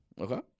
Okay